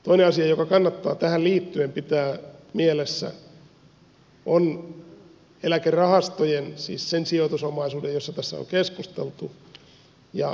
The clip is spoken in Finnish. toinen asia joka kannattaa tähän liittyen pitää mielessä on eläkerahastojen siis sen sijoitusomaisuuden josta tässä on keskusteltu ja toisaalta eläkemaksujen suhde